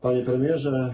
Panie Premierze!